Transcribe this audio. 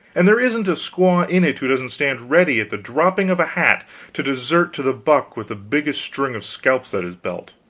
and there isn't a squaw in it who doesn't stand ready at the dropping of a hat to desert to the buck with the biggest string of scalps at his belt.